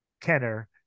Kenner